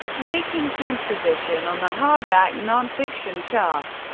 making tenth position on the hardback non-fiction chart.